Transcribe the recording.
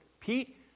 Pete